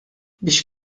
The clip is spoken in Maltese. biex